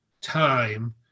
time